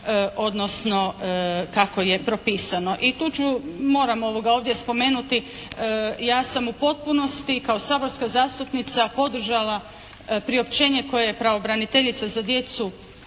odnosno kako je propisano. I tu ću, moram ovdje spomenuti ja sam u potpunosti kao saborska zastupnica podržala priopćenje koje je pravobraniteljica za djecu